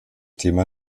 thema